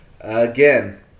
Again